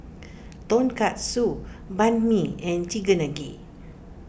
Tonkatsu Banh Mi and